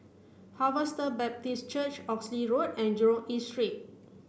Harvester Baptist Church Oxley Road and Jurong East Street